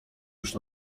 już